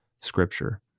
Scripture